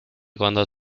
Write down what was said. cuando